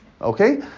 Okay